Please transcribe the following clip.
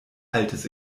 altes